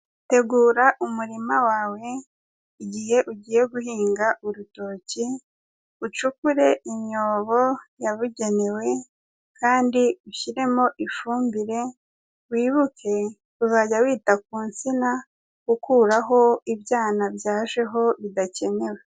Tegura umurima wawe igihe ugiye guhinga urutoki, ucukure imyobo yabugenewe kandi ushyiremo ifumbire, wibuke kuzajya wita ku nsina ukuraho ibyana byajeho bidakenewe.